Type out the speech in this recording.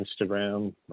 Instagram